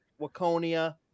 Waconia